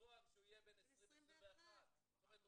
ולתבוע כשהוא יהיה בן 21. זאת אומרת,